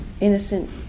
innocent